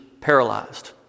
paralyzed